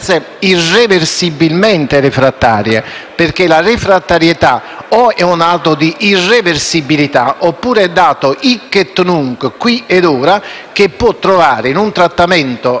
o è un atto di irreversibilità, oppure è un dato - *hic et nunc*, qui e ora - che può trovare in un trattamento antalgico o antidolorifico la sua soluzione. Ciò vuol dire anche